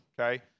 okay